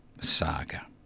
Saga